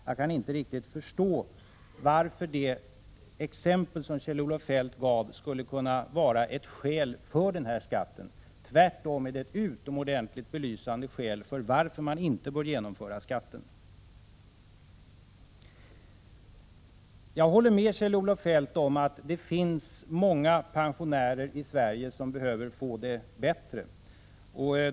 Jag kan inte riktigt förstå hur det exempel som Kjell-Olof Feldt anförde skulle kunna vara ett skäl för den här skatten. Tvärtom är det ett utomordentligt belysande exempel på varför man inte bör genomföra skatten. Jag håller med Kjell-Olof Feldt om att det finns många pensionärer i Sverige som behöver få det bättre.